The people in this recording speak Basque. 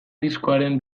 diskoaren